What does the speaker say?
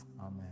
amen